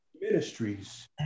ministries